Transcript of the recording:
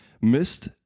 Missed